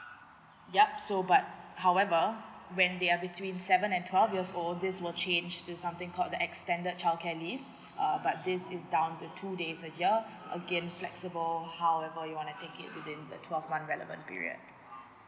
yup so but however when they are between seven and twelve years old this will change to something called the extend the childcare leave uh but this is down to two days a year again flexible however you want to take it within the twelev months relevant period